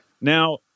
Now